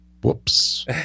whoops